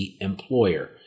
employer